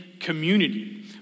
community